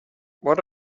what